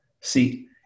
See